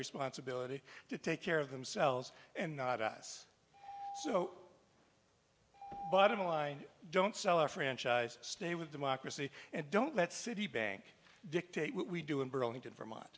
responsibility to take care of themselves and not us so bottom line don't sell our franchise stay with democracy and don't let citibank dictate what we do in burlington vermont